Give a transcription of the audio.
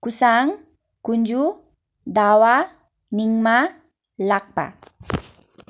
कुसाङ कुन्जु दावा निङ्मा लाक्पा